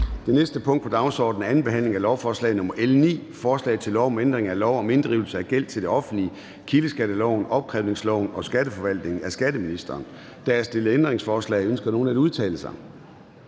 Det næste punkt på dagsordenen er: 9) 2. behandling af lovforslag nr. L 9: Forslag til lov om ændring af lov om inddrivelse af gæld til det offentlige, kildeskatteloven, opkrævningsloven og skatteforvaltningsloven. (Gennemførelse af aftale om